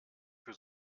für